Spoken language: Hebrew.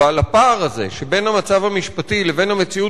ועל הפער הזה שבין המצב המשפטי לבין המציאות